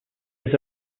was